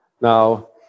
Now